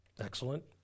Excellent